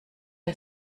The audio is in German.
der